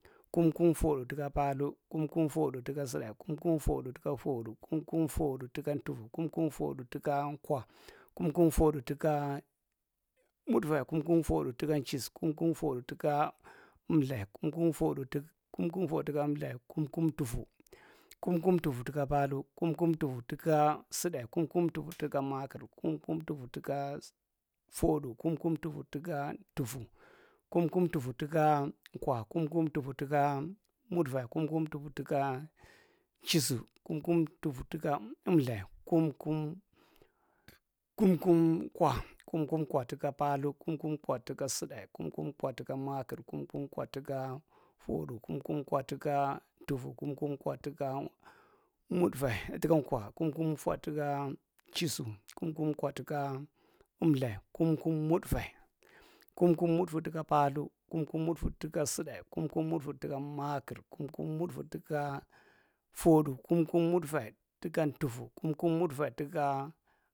Kum kum footdu tuka palthu, kum kum foodtdu tuka sutdae, kum kum footdu tuka footdu kum kum footdu tukan’ntub kum kum footdu tuka’kwa, kum kum footdu tuka mutfae, kum kum footdu tukan’nchis, kum kum footdu tuka emlthae, kum kum footdu tuka kum kum footdu tuka emlthae, kum kum tufu, kum kum tufu paalthu, kum kum tufu tuka paalthu, kum kum tufu takaa’sutdae, kum kum tufu tuka maakir, kum kum tufu tuka sut kum kum tufu tuka tufu, kum kum tufu tuka kwa, kum kum tufu tuka mutfae, kum tufu tuka emlthae, kum kum kwa, tuka paalthu, kum kum kwa’tuka’ sutdae kum kum kwa tuka maakir, kum kum kwa, kum kum tukan’nchisu, kum kum kwa tuka emlthae, kum kum mutfae, kum kum mutfu tuka paathu, kum kum mutfu tuka sutdae, kum kum mutfu tuka maakir, kum kum mutfae tuka footdu, kum kum mutfae tukan tufu, kum kum mutfu tuka.